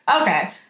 Okay